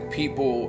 people